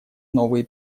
новые